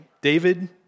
David